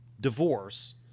divorce